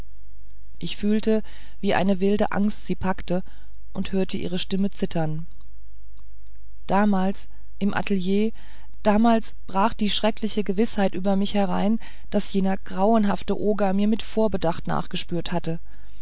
ich fühlte wie eine wilde angst sie packte und hörte ihre stimme zittern damals im atelier damals brach die schreckliche gewißheit über mich herein daß jener grauenhafte oger mir mit vorbedacht nachgespürt hat